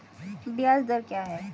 ब्याज दर क्या है?